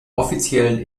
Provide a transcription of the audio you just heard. offiziellen